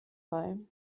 bei